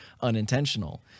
unintentional